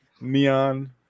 neon